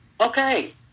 okay